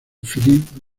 philippe